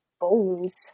bones